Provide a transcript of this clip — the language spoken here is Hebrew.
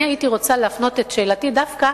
אני הייתי רוצה להפנות את שאלתי דווקא